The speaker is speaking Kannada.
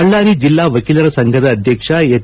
ಬಳ್ಳಾರಿ ಜಿಲ್ಲಾ ವಕೀಲರ ಸಂಘದ ಅಧ್ಯಕ್ಷ ಎಚ್